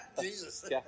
Jesus